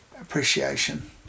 appreciation